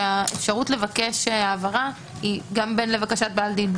שהאפשרות לבקש העברה היא גם לבקשת בעל דין,